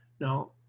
Now